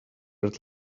red